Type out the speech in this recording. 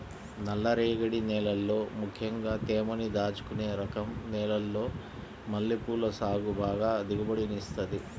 నల్లరేగడి నేలల్లో ముక్కెంగా తేమని దాచుకునే రకం నేలల్లో మల్లెపూల సాగు బాగా దిగుబడినిత్తది